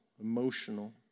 emotional